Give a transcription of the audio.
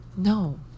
No